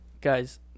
guys